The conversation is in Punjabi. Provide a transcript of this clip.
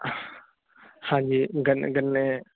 ਹਾਂਜੀ ਗੰਨੇ